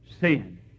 sin